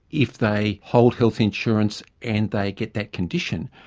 if they hold health insurance and they get that condition,